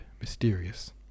mysterious